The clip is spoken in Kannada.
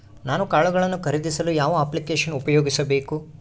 ನಾನು ಕಾಳುಗಳನ್ನು ಖರೇದಿಸಲು ಯಾವ ಅಪ್ಲಿಕೇಶನ್ ಉಪಯೋಗಿಸಬೇಕು?